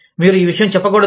మీరు ఈ విషయం చెప్పకూడదు